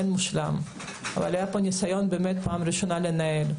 אין מושלם, אבל היה כאן ניסיון בפעם הראשונה לנהל.